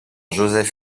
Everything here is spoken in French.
josef